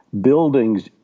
buildings